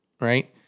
right